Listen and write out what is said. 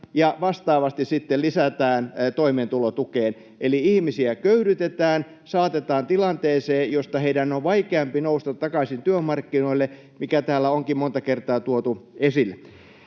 ja vastaavasti sitten lisätään toimeentulotukeen, eli ihmisiä köyhdytetään, saatetaan tilanteeseen, josta heidän on vaikeampi nousta takaisin työmarkkinoille, mikä täällä onkin monta kertaa tuotu esille.